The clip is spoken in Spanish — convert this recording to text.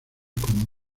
con